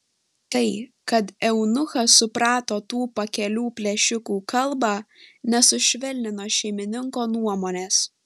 tai kad eunuchas suprato tų pakelių plėšikų kalbą nesušvelnino šeimininko nuomonės